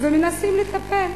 ומנסים לטפל,